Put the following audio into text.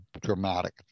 dramatic